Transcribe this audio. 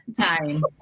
time